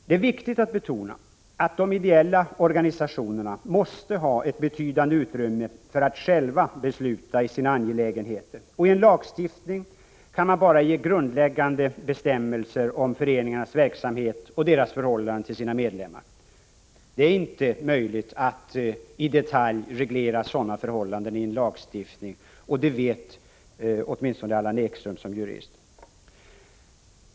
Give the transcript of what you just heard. Det är viktigt att betona att de ideella organisationerna måste ha ett betydande utrymme för att själva besluta i sina angelägenheter. I en lagstiftning kan man bara ge grundläggande bestämmelser om föreningarnas verksamhet och deras förhållande till sina medlemmar. Det är inte möjligt att i detalj reglera sådana förhållanden i en lagstiftning, och det vet åtminstone Allan Ekström som jurist.